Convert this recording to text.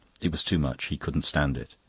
it was too much he couldn't stand it.